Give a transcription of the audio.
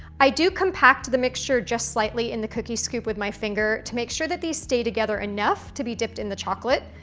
i do compact the mixture just slightly in the cookie scoop with my finger to make sure that these stay together enough to be dipped in the chocolate.